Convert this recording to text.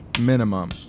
minimum